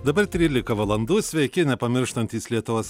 dabar trylika valandų sveiki nepamirštantys lietuvos